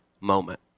moment